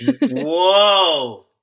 whoa